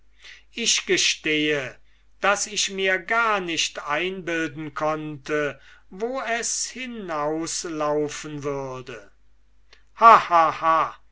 ich gestehe daß ich mir gar nicht einbilden konnte wo es hinaus laufen würde